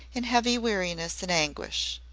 in heavy weariness and anguish.